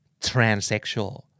Transsexual